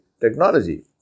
technology